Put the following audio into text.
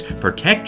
protect